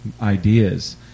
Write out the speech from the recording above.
ideas